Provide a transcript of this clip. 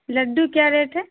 لڈو کیا ریٹ ہے